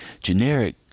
generic